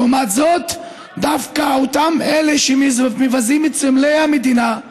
לעומת זאת, דווקא אותם אלה שמבזים את סמלי המדינה,